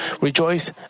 rejoice